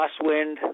crosswind